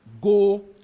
go